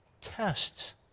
tests